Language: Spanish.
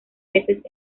veces